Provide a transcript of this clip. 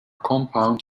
compound